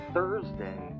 Thursday